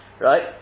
right